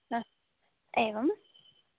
हा एवं